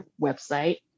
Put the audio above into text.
website